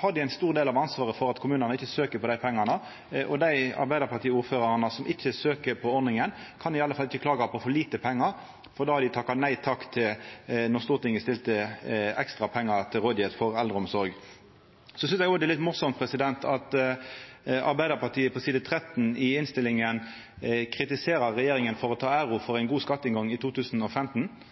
har dei ein stor del av ansvaret for at kommunane ikkje søkjer om å få dei pengane. Dei arbeidarpartiordførarane som ikkje søkjer på ordninga, kan iallfall ikkje klaga på for lite pengar, for då har dei takka nei då Stortinget stilte ekstra pengar til rådigheit for eldreomsorg. Så synest eg òg det er litt morosamt at Arbeidarpartiet på side 13 i innstillinga kritiserer regjeringa for å ta æra for ein god skatteinngang i 2015.